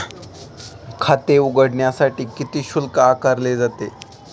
खाते उघडण्यासाठी किती शुल्क आकारले जाते?